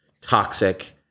toxic